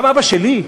גם אבא שלי,